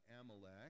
Amalek